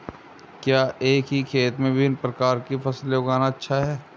क्या एक ही खेत में विभिन्न प्रकार की फसलें उगाना अच्छा है?